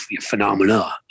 phenomena